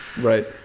Right